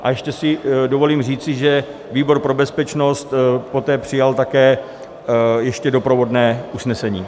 A ještě si dovolím říci, že výbor pro bezpečnost poté přijal také ještě doprovodné usnesení.